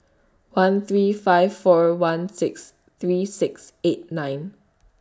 one three five four one six three six eight nine